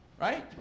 right